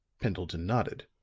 pendleton nodded.